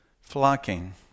Flocking